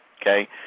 okay